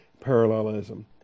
parallelism